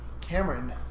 Cameron